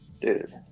Dude